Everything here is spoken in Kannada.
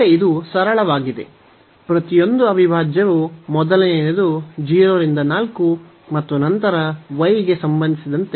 ಮತ್ತೆ ಇದು ಸರಳವಾಗಿದೆ ಪ್ರತಿಯೊಂದು ಅವಿಭಾಜ್ಯವು ಮೊದಲನೆಯದು 0 ರಿಂದ 4 ಮತ್ತು ನಂತರ y ಗೆ ಸಂಬಂಧಿಸಿದಂತೆ